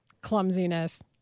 clumsiness